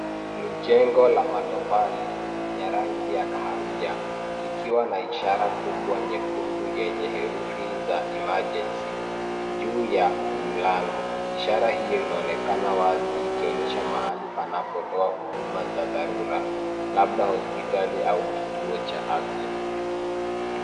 Ni jengo la matofali ya rangi ya kahawia likiwa na ishara kubwa nyekundu yenye herufi za emergency juu ya mlango. Ishara hiyo inaonekana wazi ikionyesha mahali panapotoa huduma za dharura labda hospitali au kituo cha afya.